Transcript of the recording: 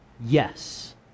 Yes